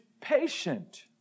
patient